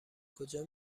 کجا